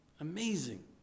Amazing